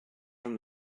from